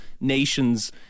nations